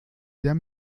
der